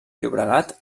llobregat